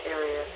area